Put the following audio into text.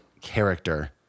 character